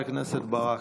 חברת הכנסת ברק.